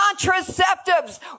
contraceptives